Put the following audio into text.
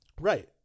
Right